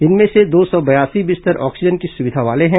इनमें से दो सौ बयासी बिस्तर ऑक्सीजन की सुविधा वाले हैं